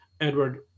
Edward